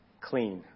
clean